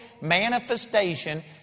manifestation